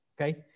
okay